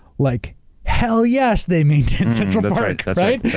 like hell yes they maintain central park. that's right,